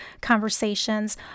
conversations